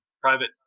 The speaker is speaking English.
private